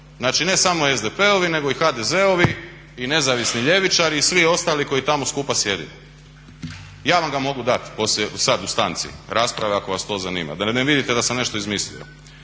Znači ne samo SDP-ovi, nego i HDZ-ovi i nezavisni ljevičari i svi ostali koji tamo skupa sjede. Ja vam ga mogu dat poslije, sad u stanci rasprave ako vas to zanima da ne vidite da sam nešto izmislio.